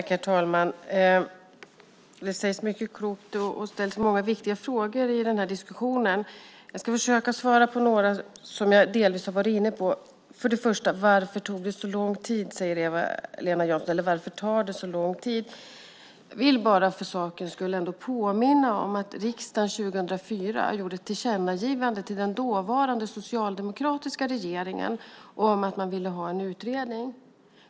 Herr talman! Det sägs mycket klokt och ställs många viktiga frågor i den här diskussionen. Jag ska försöka svara på några frågor som jag delvis har varit inne på. Varför tar det så lång tid, säger Eva-Lena Jansson. Jag vill bara påminna om att riksdagen 2004 gjorde ett tillkännagivande till den dåvarande socialdemokratiska regeringen om att man ville ha en utredning.